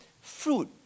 fruit